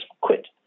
quit